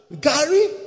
Gary